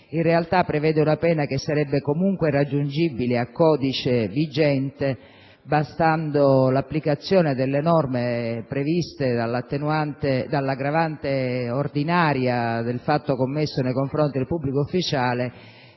in realtà prevede una sanzione che sarebbe comunque raggiungibile a codice vigente, bastando l'applicazione delle norme che prevedono l'aggravante ordinaria del fatto commesso nei confronti di pubblico ufficiale